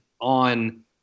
on